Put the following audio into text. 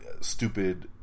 Stupid